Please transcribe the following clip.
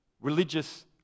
religious